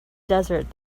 desert